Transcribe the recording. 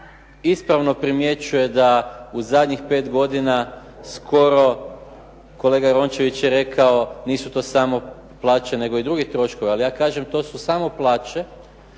ispravno primjećuje u zadnjih pet godina skoro kolega Rončević je rekao nisu to samo plaće nego i drugi troškovi, ali ja kažem to su samo plaće